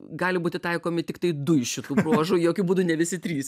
gali būti taikomi tiktai du iš šitų bruožų jokiu būdu ne visi trys